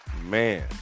Man